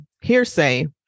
hearsay